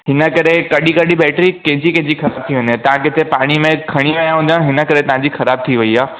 हिन करे कॾहिं कॾहिं बैटरी कंहिंजी कंहिंजी ख़तमु थी वञे तव्हां किथे पाणी में खणी विया हूंदा हिन करे तव्हांजी ख़राबु थी वई आहे